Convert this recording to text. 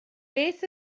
beth